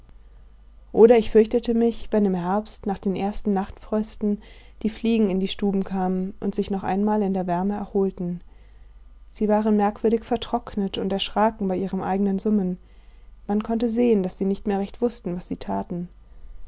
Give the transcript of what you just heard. oder ich fürchtete mich wenn im herbst nach den ersten nachtfrösten die fliegen in die stuben kamen und sich noch einmal in der wärme erholten sie waren merkwürdig vertrocknet und erschraken bei ihrem eigenen summen man konnte sehen daß sie nicht mehr recht wußten was sie taten